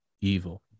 evil